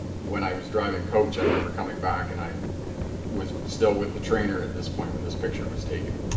when i was driving coach i remember coming back and i was still with the trainer at this point when this picture was taken